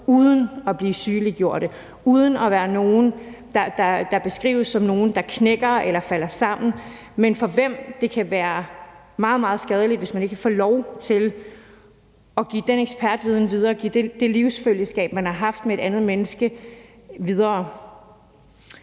uden at blive sygeliggjort og uden at være nogle, der beskrives som nogle, der knækker eller falder sammen, men for hvem det kan være meget, meget skadeligt, hvis man ikke får lov til at give den ekspertviden videre og give det livsfølgeskab, man har haft med et andet menneske, videre.